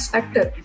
Factor